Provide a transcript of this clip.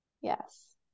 Yes